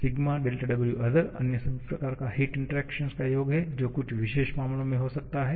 𝛴𝛿𝑊𝑜𝑡ℎ𝑒𝑟 अन्य सभी प्रकार का हिट इंटरेक्शन का योग है जो कुछ विशेष मामलो में हो सकता है